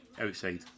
outside